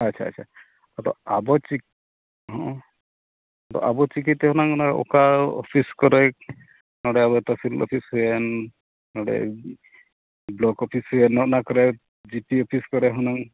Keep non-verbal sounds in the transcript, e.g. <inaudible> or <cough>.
ᱟᱪᱪᱷᱟ ᱟᱪᱪᱷᱟ ᱟᱪᱪᱷᱟ ᱟᱫᱚ ᱟᱵᱚ ᱪᱤᱠᱤ ᱦᱮᱸ ᱟᱫᱚ ᱟᱵᱚ ᱪᱤᱠᱤᱛᱮ ᱦᱩᱱᱟᱹᱝ ᱚᱠᱟ ᱚᱯᱷᱤᱥ ᱠᱚᱨᱮ <unintelligible> ᱦᱩᱭᱮᱱ ᱱᱚᱰᱮ ᱵᱚᱞᱳᱠ ᱚᱯᱷᱤᱥ ᱦᱩᱭᱮᱱ ᱱᱚᱜᱼᱚᱸᱭ ᱱᱚᱣᱟ ᱠᱚᱨᱮ ᱡᱤᱯᱤ ᱚᱯᱷᱤᱥ ᱠᱚᱨᱮ ᱦᱩᱱᱟᱹᱝ